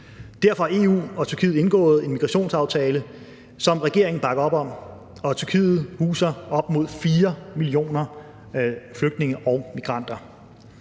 derfor har EU og Tyrkiet indgået en migrationsaftale, som regeringen bakker op om, og Tyrkiet huser op imod 4 millioner flygtninge og migranter.